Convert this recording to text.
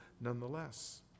nonetheless